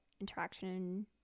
interaction